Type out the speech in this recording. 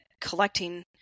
collecting